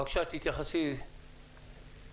בבקשה, אילן בנימין.